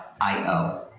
Io